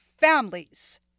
families